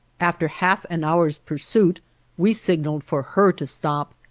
after half an hour's pursuit we signaled for her to stop,